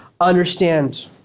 understand